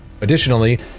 Additionally